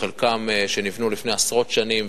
חלקן נבנו לפני עשרות שנים,